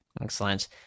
Excellent